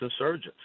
insurgents